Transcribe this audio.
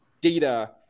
data